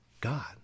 God